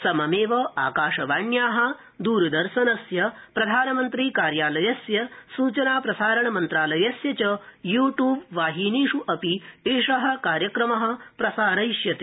सममेव आकाशवाण्या द्रदर्शनस्य प्रधानमंत्री कार्यालयस्य सूचनाप्रसारणमंत्रालयस्य च यू ट्यूब वाहिनीषु अपि एष कार्यक्रम प्रसारयिष्यते